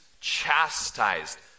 chastised